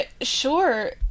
sure